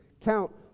count